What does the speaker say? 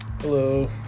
Hello